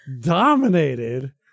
dominated